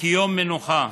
כיום מנוחה.